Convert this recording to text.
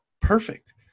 perfect